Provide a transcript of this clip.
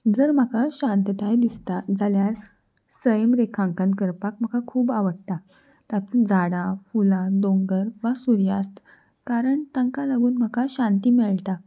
जर म्हाका शांतताय दिसता जाल्यार सैम रेखांकन करपाक म्हाका खूब आवडटा तातूंत झाडां फुलां दोंगर वा सुर्यास्त कारण तांकां लागून म्हाका शांती मेळटा